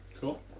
Cool